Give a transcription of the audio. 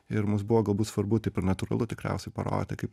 ir mus buvo galbūt svarbu taip ir natūralu tikriausiai parodyti kaip